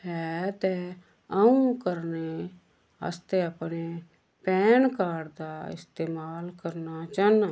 ऐ ते अ'ऊं करने आस्तै अपने पैन कार्ड दा इस्तेमाल करना चाह्न्नां